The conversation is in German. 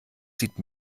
sieht